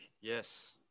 Yes